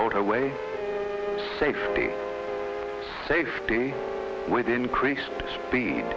motorway safety safety with increased speed